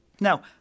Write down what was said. Now